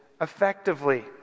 effectively